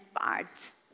parts